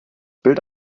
bild